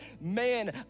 man